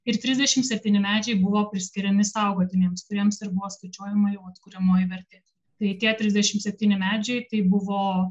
ir trisdešim septyni medžiai buvo priskiriami saugotiniems kuriems ir buvo skaičiuojama jau atkuriamoji vertė tai tie trisdešim septyni medžiai tai buvo